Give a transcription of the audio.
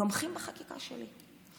תומכים בחקיקה שלי.